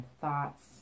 thoughts